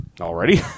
Already